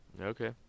Okay